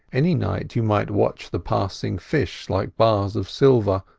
any night you might watch the passing fish like bars of silver,